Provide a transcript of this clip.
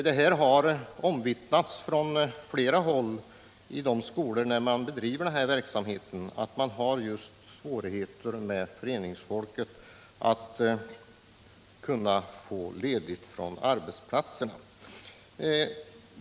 Det har från flera håll i de skolor som bedriver denna verksamhet omvittnats att föreningsfolket har svårigheter att få ledigt från arbetet.